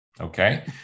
okay